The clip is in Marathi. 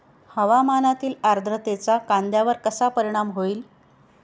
हवामानातील आर्द्रतेचा कांद्यावर कसा परिणाम होईल?